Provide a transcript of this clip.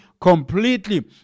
completely